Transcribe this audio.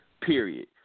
period